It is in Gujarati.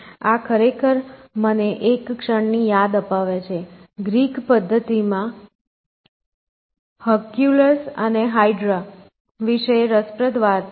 આ ખરેખર મને એક ક્ષણની યાદ અપાવે છે ગ્રીક પદ્ધતિ માં હર્ક્યુલસ અને હાઇડ્રા વિશે રસપ્રદ વાર્તા છે